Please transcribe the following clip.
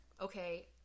Okay